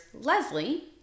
Leslie